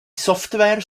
software